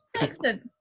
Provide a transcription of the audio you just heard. Excellent